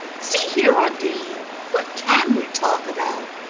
see here. undine what can we talk about?